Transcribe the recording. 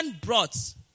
brought